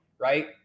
right